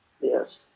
Yes